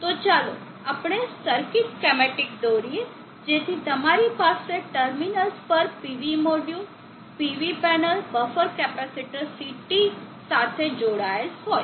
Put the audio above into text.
તો ચાલો આપણે સર્કિટ સ્કેમેટીક દોરીએ જેથી તમારી પાસે ટર્મિનલ્સ પર PV module PV panel buffer capacitor CT સાથે જોડાયેલ હોય